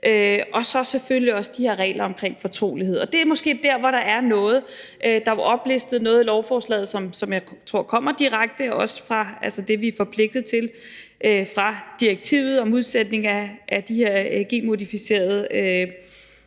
og så selvfølgelig også de her regler om fortrolighed. Det er måske der, der er noget. Der er oplistet noget i lovforslaget, som jeg tror kommer direkte fra det, vi er forpligtede til i direktivet, om udsætning af de her genmodificerede